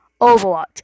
Overwatch